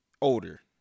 older